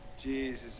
jesus